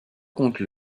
contre